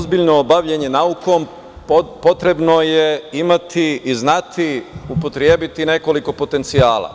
Za ozbiljno bavljenje naukom potrebno je imati i znati upotrebiti nekoliko potencijala.